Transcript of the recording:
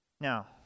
Now